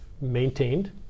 maintained